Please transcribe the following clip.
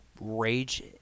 rage